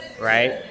right